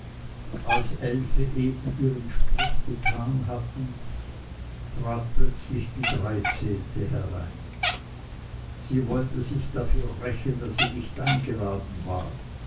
als elfe ihre sprüche eben getan hatten trat plötzlich die dreizehnte herein sie wollte sich dafür rächen daß sie nicht eingeladen war